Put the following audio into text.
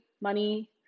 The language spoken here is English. money